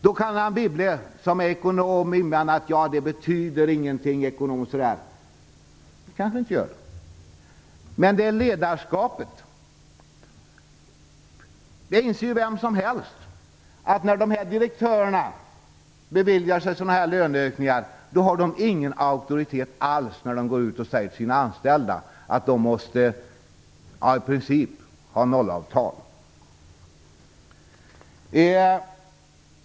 Anne Wibble, som är ekonom, kanske invänder: Det betyder ingenting ekonomiskt. Det kanske det inte gör. Men det handlar om ledarskapet. Vem som helst inser att direktörer som beviljar sig sådana här löneökningar inte har någon auktoritet alls när de går ut och säger till sina anställda att dessa måste godta nollavtal.